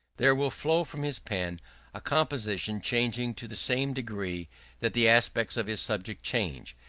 there will flow from his pen a composition changing to the same degree that the aspects of his subject change.